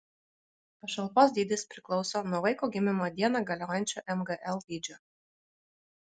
pašalpos dydis priklauso nuo vaiko gimimo dieną galiojančio mgl dydžio